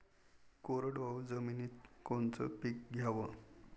कोरडवाहू जमिनीत कोनचं पीक घ्याव?